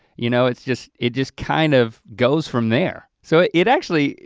you know, it's just, it just kind of goes from there. so it it actually,